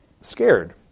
scared